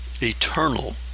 eternal